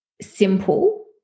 simple